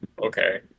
okay